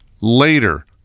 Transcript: Later